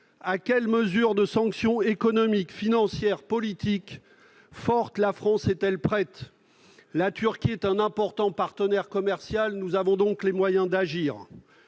à quelles sanctions économiques, financières et politiques fortes la France est-elle prête ? La Turquie est un important partenaire commercial, nous avons donc les moyens d'agir.